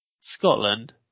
Scotland